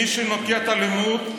מי שנוקט אלימות,